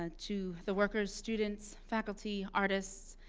ah to the workers, students, faculty, artists,